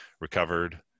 recovered